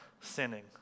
sinning